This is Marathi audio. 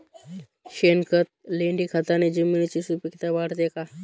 शेणखत, लेंडीखताने जमिनीची सुपिकता वाढते का?